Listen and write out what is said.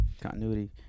continuity